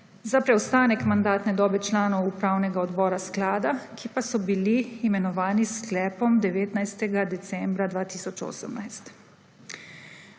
za preostane mandatne dobe članov upravnega odbora sklada, ki pa so bili imenovani s sklepom 19. decembra 2018.